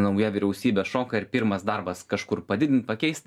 nauja vyriausybė šoka ir pirmas darbas kažkur padidint pakeist